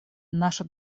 наша